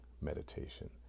meditation